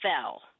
fell